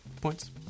points